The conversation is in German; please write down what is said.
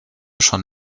schon